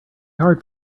hard